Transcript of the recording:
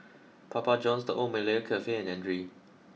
Papa Johns the Old Malaya Cafe and Andre